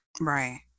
right